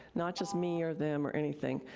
not just me or them or anything,